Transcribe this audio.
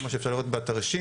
כמו שאפשר לראות בתרשים,